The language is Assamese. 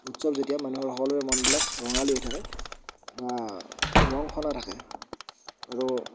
উৎসৱ যেতিয়া মানুহৰ সকলোৰে মনবিলাক ৰঙালী হৈ থাকে বা ৰং সলাই থাকে আৰু